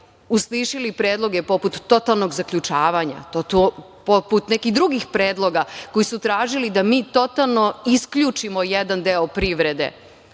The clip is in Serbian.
uslišili predloge poput totalnog zaključavanja, poput nekih drugih predloga koji su tražili da mi totalno isključimo jedan deo privrede